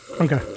Okay